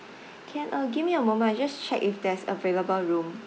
can uh give me a moment I just check if there's available room